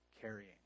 carrying